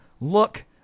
look